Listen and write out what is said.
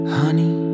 honey